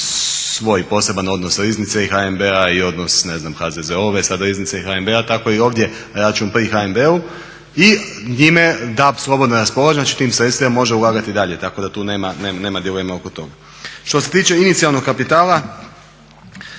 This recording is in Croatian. svoj poseban odnos riznice i HNB-a i odnos ne znam HZZO-ve riznice i HNB-a, tako i ovdje račun pri HNB-u i njime DAB slobodno raspolaže, znači tim sredstvima može ulagati dalje. Tako da tu nema dileme oko toga. Što se tiče inicijalnog kapitala